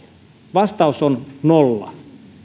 vastaus on nolla